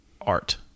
art